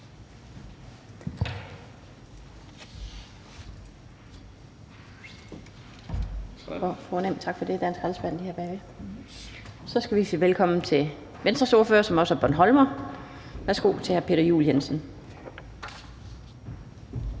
Så skal vi sige velkommen til Venstres ordfører, som også er bornholmer. Værsgo til hr. Peter Juel-Jensen.